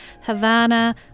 Havana